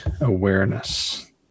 awareness